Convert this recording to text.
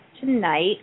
tonight